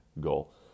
goal